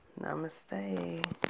Namaste